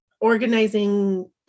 organizing